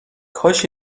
کاش